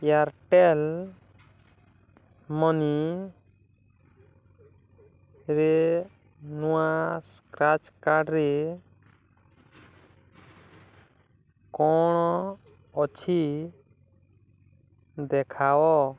Airtel ମନିରେ ନୂଆ scratch କାର୍ଡ଼ରେ କ'ଣ ଅଛି ଦେଖାଅ